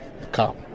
come